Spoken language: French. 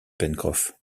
pencroff